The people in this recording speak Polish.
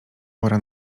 wora